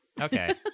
Okay